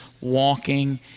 walking